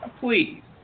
Please